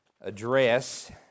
address